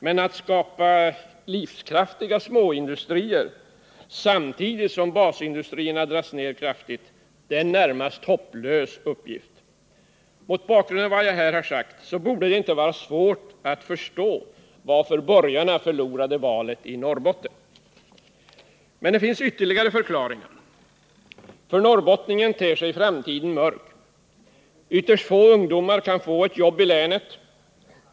Men att skapa livskraftiga småindustrier samtidigt som basindustrierna dras ner är en närmast hopplös uppgift. Mot bakgrund av vad jag här sagt borde det inte vara svårt att inse varför borgarna förlorade valet i Norrbotten. Men det finns ytterligare förklaringar. För norrbottningen ter sig framtiden mörk. Ytterst få ungdomar kan få jobb i länet.